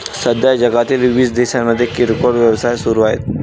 सध्या जगातील वीस देशांमध्ये किरकोळ व्यवसाय सुरू आहेत